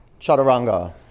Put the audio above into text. Chaturanga